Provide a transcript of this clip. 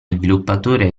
sviluppatore